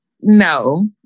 no